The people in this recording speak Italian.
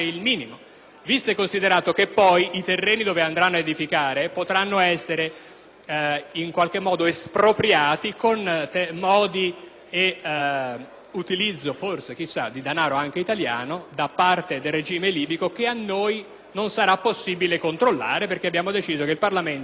in qualche modo espropriati con modi e utilizzo, forse, chissà, di denaro anche italiano da parte del regime libico che a noi non sarà possibile controllare perché abbiamo deciso che il Parlamento e comunque anche l'opinione pubblica, visto il silenzio mediatico che è stato dedicato a questo tipo di ratifica,